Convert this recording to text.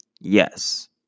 Yes